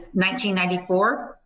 1994